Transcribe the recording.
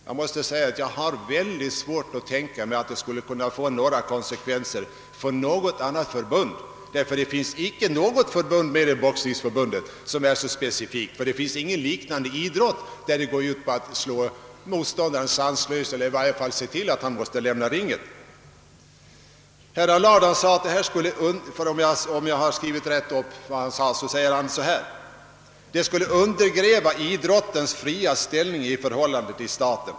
Jag vill säga att jag har mycket svårt att tänka mig att några sådana konsekvenser skulle kunna uppkomma. Det finns nämligen inte något förbund som är så specifikt som Boxningsförbundet: ingen annan idrott går ut på att slå motståndaren sanslös eller i varje fall se till att han måste lämna arenan. Herr Allard sade — om jag uppfattade det rätt — att ett beslut i enlighet med reservationen skulle undergräva idrottens fria ställning i förhållande till staten.